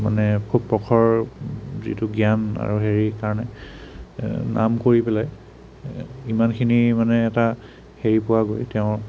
মানে খুব প্ৰখৰ যিটো জ্ঞান আৰু হেৰিৰ কাৰণে নাম কৰি পেলাই ইমানখিনি মানে এটা হেৰি পোৱা গ'ল তেওঁ